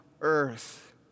earth